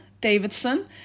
Davidson